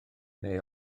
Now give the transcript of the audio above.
neu